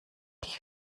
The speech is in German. dich